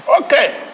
okay